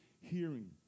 hearing